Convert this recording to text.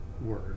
word